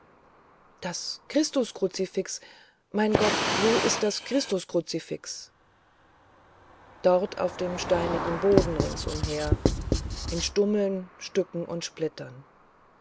das christuskruzifix mein gott wo ist das christuskruzifix dort auf dem steinigen boden rings umher in stummeln stücken und splittern